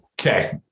Okay